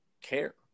care